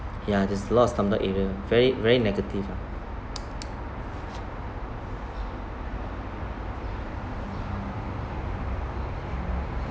ya there's a lot of slumdog area very very negative ah